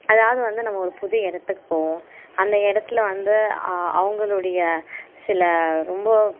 அதாவது வந்து நம்ம ஒரு புது இடத்துக்கு போவோம் அந்த இடத்துல வந்து அவங்களுடைய சில ரொம்ப